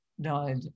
died